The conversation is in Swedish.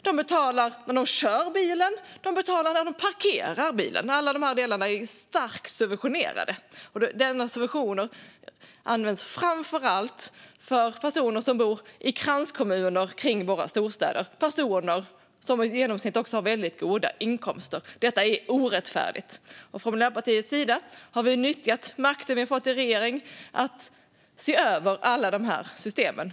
De betalar när storstadsborna kör bilen. De betalar när storstadsborna parkerar bilen. Alla dessa delar är starkt subventionerade. Denna subvention går framför allt till personer som bor i kranskommuner kring våra storstäder. Det är personer som i genomsnitt har väldigt goda inkomster. Detta är orättfärdigt. Från Miljöpartiets sida har vi nyttjat makten vi har fått i regeringen till att se över alla dessa system.